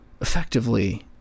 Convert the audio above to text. effectively